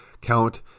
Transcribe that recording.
count